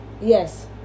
Yes